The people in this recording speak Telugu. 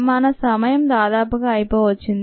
మన సమయం దాదాపుగా అయిపోవచ్చింది